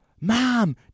Mom